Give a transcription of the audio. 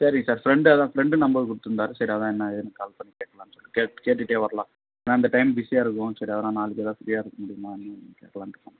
சரிங்க sir friend அதுதான் friend number கொடுத்துருந்தாரு சரி அதுதான் என்ன ஏதுனு கால் பண்ணி கேட்கலானு சொல்லிட்டு கேட் கேட்டுட்டே வரலாம் ஏன்னா அந்த டைம் பிஸியாக இருக்கும் சரி அதனா நாளைக்கு எதா ஃப்ரீயாக இருக்க முடியுமா அப்படினு கேட்கலான்ட்டு ஃபோன்